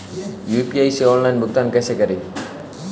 UPI से online भुगतान कैसे करें?